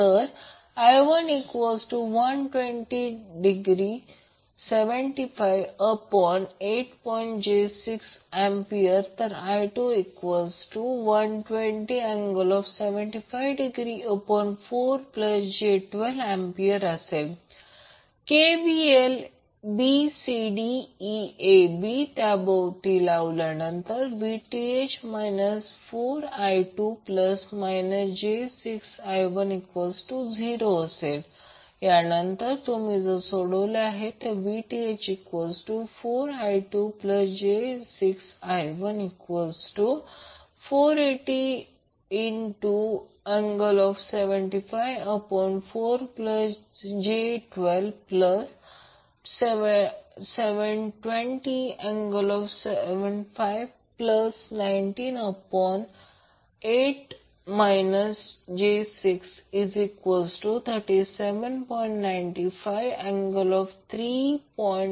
तर I1120∠758 j6AI2120∠754j12A KVL bcdeab त्याभोवती लावल्यानंतर VTh 4I2I10 आणि नंतर जर तुम्ही सोडवले VTh4I2j6I1 480∠754j12720∠75908 j6 37